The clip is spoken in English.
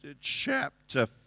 chapter